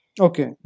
okay